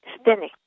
spinning